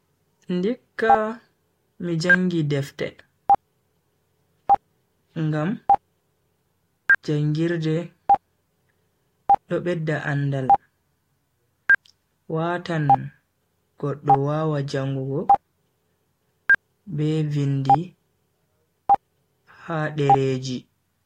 Ndikka mi jangi defte, ngam jangirde do bedda andaal watan goddo wawa jangugo be vindi ha dereji.